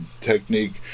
technique